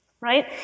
right